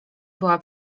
była